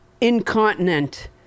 incontinent